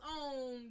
on